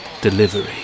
Delivery